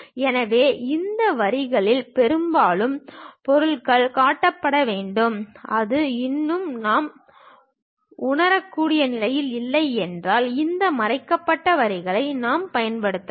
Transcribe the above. எனவே இந்த விளக்கத்தின் பெரும்பகுதியுடன் பொருள் காட்டப்பட வேண்டும் அது இன்னும் நாம் உணரக்கூடிய நிலையில் இல்லை என்றால் இந்த மறைக்கப்பட்ட வரிகளை நாம் பயன்படுத்தலாம்